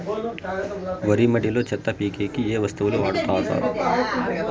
వరి మడిలో చెత్త పీకేకి ఏ వస్తువులు వాడుతారు?